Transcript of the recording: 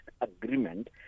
agreement